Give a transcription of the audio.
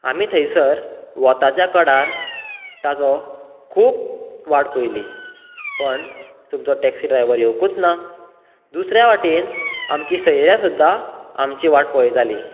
आमी थंयसर वताच्या कडार ताजो खूब वाट पयली पूण तुमचो टॅक्सी ड्रायवर येवंकूच ना दुसऱ्या वाटेन आमची सयऱ्यां सुद्दां आमची वाट पळयतालीं